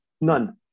None